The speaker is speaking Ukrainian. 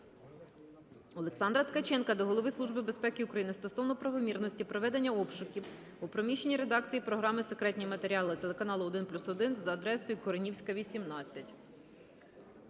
Олександра Ткаченка до Голови Служби безпеки України стосовно правомірності проведення обшуків у приміщенні редакції програми "Секретні матеріали" телеканалу "1+1" за адресою Куренівська, 18.